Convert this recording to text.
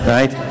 Right